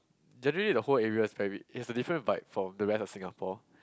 generally the whole area is very it's a different vibe from the rest of Singapore